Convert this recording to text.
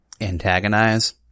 Antagonize